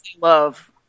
love